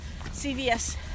CVS